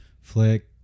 flick